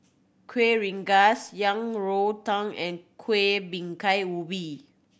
Kuih Rengas Yang Rou Tang and Kuih Bingka Ubi